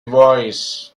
voice